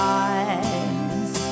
eyes